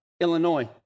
Illinois